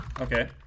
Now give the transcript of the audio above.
Okay